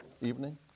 evening